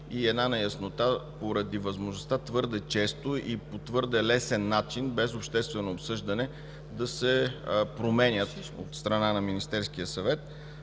и неяснота поради възможността твърде често и по твърде лесен начин, без обществено обсъждане, да се променя от страна на Министерския съвет